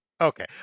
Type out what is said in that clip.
Okay